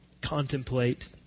contemplate